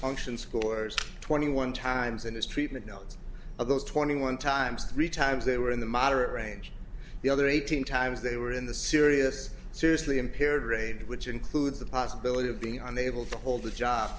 function scores twenty one times in his treatment notes of those twenty one times three times they were in the moderate range the other eighteen times they were in the serious seriously impaired range which includes the possibility of being on able to hold the job